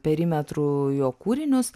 perimetru jo kūrinius